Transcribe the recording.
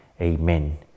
Amen